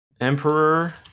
Emperor